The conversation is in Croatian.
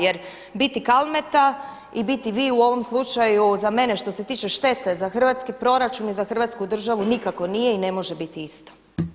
Jer biti Kalmeta i biti vi u ovom slučaju za mene što se tiče štete za hrvatski proračun i za Hrvatsku državu nikako nije i ne može biti isto.